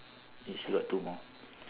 you still got two more